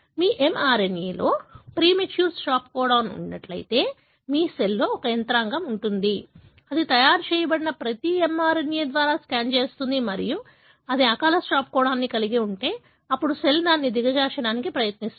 మీ mRNA లో premature stop codon ఉన్నట్లయితే మీ సెల్లో ఒక యంత్రాంగం ఉంటుంది అది తయారు చేయబడిన ప్రతి mRNA ద్వారా స్కాన్ చేస్తుంది మరియు అది అకాల స్టాప్ కోడాన్ కలిగి ఉంటే అప్పుడు సెల్ దానిని దిగజార్చడానికి ప్రయత్నిస్తుంది